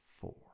four